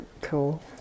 cool